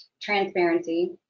transparency